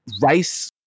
rice